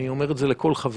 אני אומר את זה לכל חבריי,